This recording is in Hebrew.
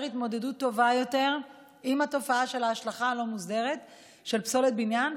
התמודדות טובה יותר עם התופעה של ההשלכה הלא-מוסדרת של פסולת בניין,